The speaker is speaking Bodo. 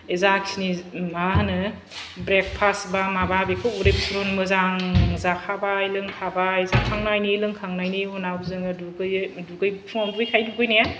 जा खिनि मा होनो ब्रेखफास बा माबा बेखौ उदै फुल मोजां जाखाबाय लोंखाबाय जाखांनायनि लोंखांनायनि उनाव जोङो दुगैयो फुंआव दुगैखायो दुगैनाया